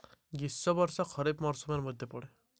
কোন কোন মাস খরিফ মরসুমের মধ্যে পড়ে?